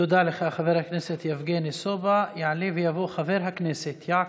תודה לך, חבר הכנסת יבגני סובה.